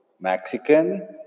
Mexican